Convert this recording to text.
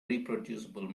reproducible